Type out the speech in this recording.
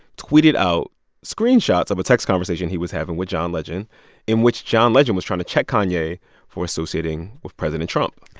tweeted out screenshots screenshots of a text conversation he was having with john legend in which john legend was trying to check kanye for associating with president trump.